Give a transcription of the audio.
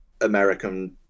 american